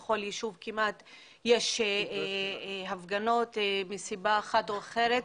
כמעט בכל ישוב יש הפגנות מסיבה זו או אחרת.